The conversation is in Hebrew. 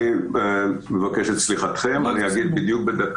אני מבקש את סליחתכם, אני אדבר דקה.